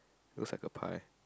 looks like a pie